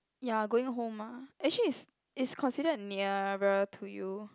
ya going home ah actually it's it's considered nearer to you